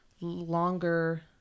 longer